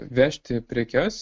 vežti prekes